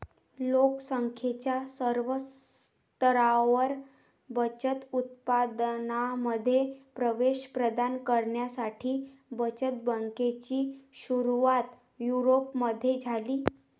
लोक संख्येच्या सर्व स्तरांवर बचत उत्पादनांमध्ये प्रवेश प्रदान करण्यासाठी बचत बँकेची सुरुवात युरोपमध्ये झाली